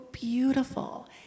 Beautiful